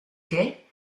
quai